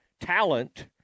talent